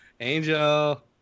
Angel